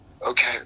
Okay